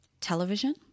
television